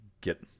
get